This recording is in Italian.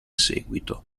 seguito